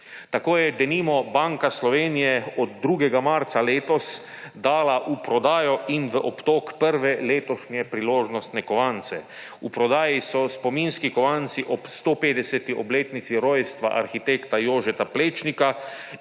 Tako je denimo Banka Slovenije od 2. marca letos dala v prodajo in v obtok prve letošnje priložnostne kovance. V prodaji so spominski kovanci ob 150. obletnici rojstva arhitekta Jožeta Plečnika